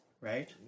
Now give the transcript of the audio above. Right